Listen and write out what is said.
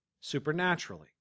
supernaturally